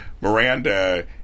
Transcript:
Miranda